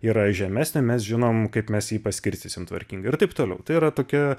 yra žemesnė mes žinome kaip mes jį paskirstysime tvarkingai ir taip toliau tai yra tokia